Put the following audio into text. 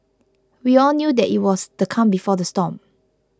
we all knew that it was the calm before the storm